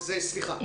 גברתי,